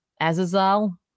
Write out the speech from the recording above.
Azazel